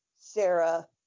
Sarah